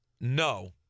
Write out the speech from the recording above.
No